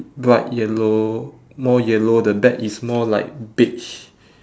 bright yellow more yellow the back is more like beige